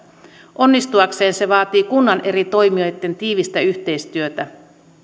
onnistuakseen se vaatii kunnan eri toimijoitten tiivistä yhteistyötä